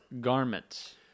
garments